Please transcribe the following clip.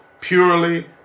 purely